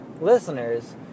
listeners